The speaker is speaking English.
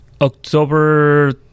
October